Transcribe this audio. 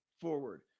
forward